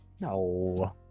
no